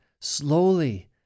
slowly